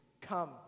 Come